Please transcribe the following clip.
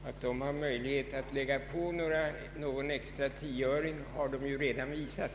Att det har möjlighet att lägga på någon extra tioöring har det redan visat.